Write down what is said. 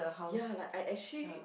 ya like I actually